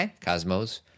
Cosmos